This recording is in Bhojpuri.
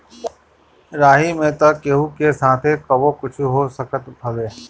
राही में तअ केहू के साथे कबो कुछु हो सकत हवे